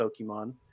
Pokemon